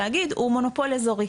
תאגיד הוא מונופול אזורי,